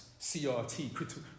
CRT